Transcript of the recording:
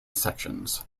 sections